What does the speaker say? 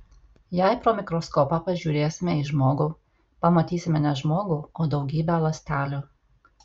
jei pro mikroskopą pažiūrėsime į žmogų pamatysime ne žmogų o daugybę ląstelių